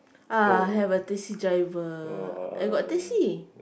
no uh